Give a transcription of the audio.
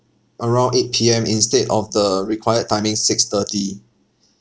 around eight P_M instead of the required timing six thirty